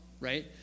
right